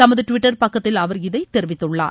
தமது டுவிட்டர் பக்கத்தில் அவர் இதைத் தெரிவித்துள்ளார்